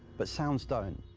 but sounds don't.